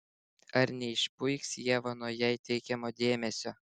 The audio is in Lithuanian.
ar neišpuiks ieva nuo jai teikiamo dėmesio